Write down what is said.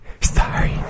sorry